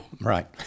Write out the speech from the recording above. Right